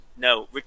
No